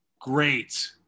great